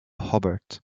hobart